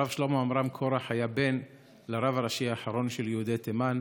הרב שלמה עמרם קורח היה בן לרב הראשי האחרון של יהודי תימן.